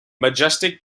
majestic